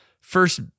first